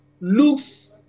looks